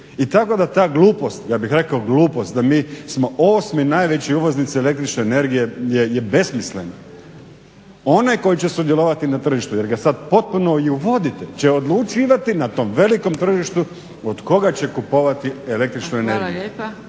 I tako da ta glupost, ja bih rekao glupost, da mi smo osmi najveći uvoznici električne energije je besmislena. Onaj koji će sudjelovati na tržištu jer ga sad potpuno i uvodite će odlučivati na tom velikom tržištu od koga će kupovati električnu energiju.